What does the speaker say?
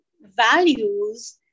values